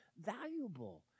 valuable